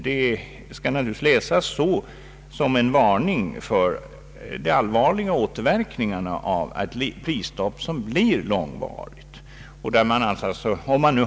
Det skall uppfattas som en varning för de allvarliga återverkningar som ett långvarigt prisstopp skulle föra med sig.